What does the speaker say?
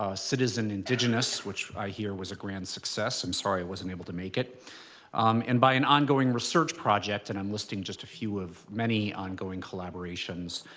ah citizen indigenous, which i hear was a grand success. i'm sorry i wasn't able to make it um and by an ongoing research project. and i'm listing just a few of many ongoing collaborations,